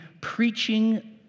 preaching